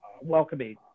welcoming